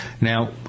Now